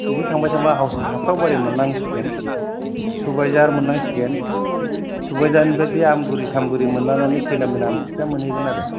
बिदिनो थांबाय थांबाय हाउस हास्राव बारि मोनलांसिगोन सुबायझार मोनलांसिगोन सुबायझारनिफ्राइ बे आमगुरि सामगुरि मोनलांनानै खैलामैला आमथिखा मोनहैगोन आरो